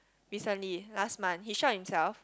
recently last month he shot himself